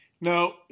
Now